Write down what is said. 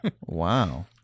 Wow